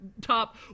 top